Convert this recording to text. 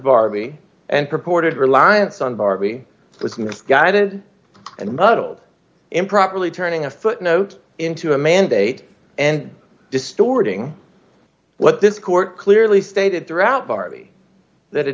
barbie and purported reliance on barbie was misguided and muddled improperly turning a footnote into a mandate and distorting what this court clearly stated throughout party that a